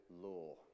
law